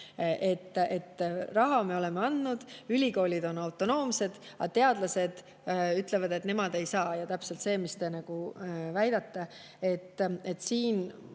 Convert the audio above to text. Raha me oleme andnud, ülikoolid on autonoomsed, aga teadlased ütlevad, et nemad seda ei saa. Ja täpselt see, mis te väidate. Siin